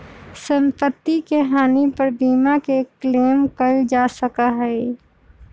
सम्पत्ति के हानि पर बीमा के क्लेम कइल जा सका हई